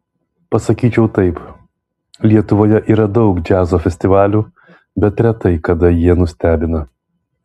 pasakyčiau taip lietuvoje yra daug džiazo festivalių bet retai kada jie nustebina